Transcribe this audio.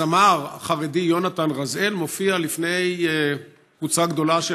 הזמר החרדי יונתן רזאל מופיע לפני קבוצה גדולה של